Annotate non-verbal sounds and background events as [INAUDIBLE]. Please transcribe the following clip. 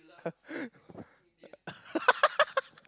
[LAUGHS]